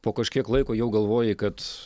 po kažkiek laiko jau galvoji kad